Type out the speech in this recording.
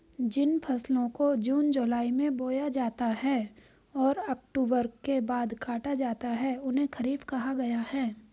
जिन फसलों को जून जुलाई में बोया जाता है और अक्टूबर के बाद काटा जाता है उन्हें खरीफ कहा गया है